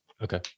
Okay